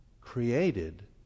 created